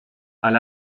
alle